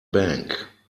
bank